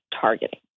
targeting